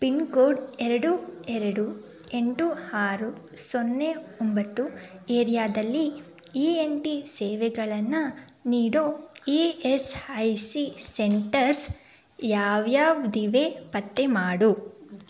pin code ಎರಡು ಎರಡು ಎಂಟು ಆರು ಸೊನ್ನೆ ಒಂಬತ್ತು ಏರಿಯಾದಲ್ಲಿ ಇ ಎನ್ ಟಿ ಸೇವೆಗಳನ್ನು ನೀಡೋ E S I C centres ಯಾವ್ಯಾವ್ದಿವೆ ಪತ್ತೆ ಮಾಡು